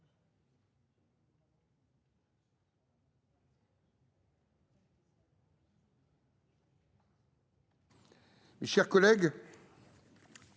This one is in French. mes chers collègues,